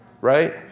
Right